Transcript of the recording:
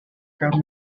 from